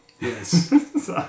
Yes